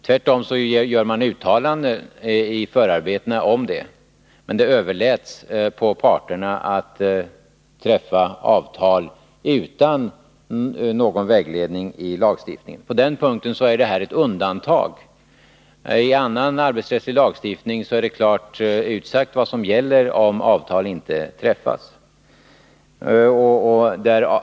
Tvärtom gjorde man i förarbetena uttalanden om detta, men det överlämnades till parterna att träffa avtal utan någon vägledning av lagstiftningen. På den punkten är detta ett undantag. I annan arbetsrättslig lagstiftning är det klart utsagt vad som gäller om avtal inte träffas.